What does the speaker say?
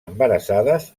embarassades